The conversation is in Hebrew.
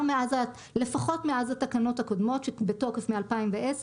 לפחות מאז התקנות הקודמות שבתוקף מ-2010,